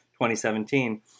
2017